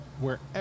wherever